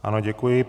Ano, děkuji.